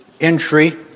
entry